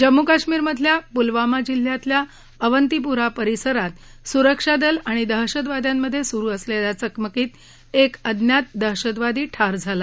दक्षिण कश्मीर मधल्या पुलवामा जिल्ह्यातल्या अवंतीपुरा परिसरात सुरक्षा दल आणि दहशतवाद्यांमध्ये सुरू असलेल्या चकमकीत एक अज्ञात दहशतवादी ठार झाला